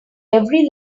every